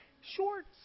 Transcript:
shorts